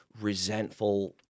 resentful